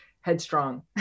headstrong